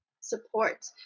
support